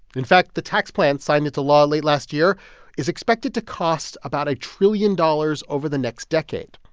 in fact, the tax plan signed into law late last year is expected to cost about a trillion dollars over the next decade.